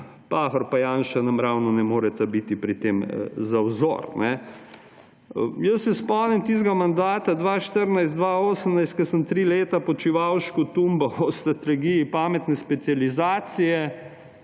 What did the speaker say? in Janša nam ravno ne moreta biti pri tem za vzor. Spomnim se tistega mandata 2014–2018, ko sem tri leta Počivalšku tumbal o strategiji pametne specializacije